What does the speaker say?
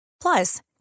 Plus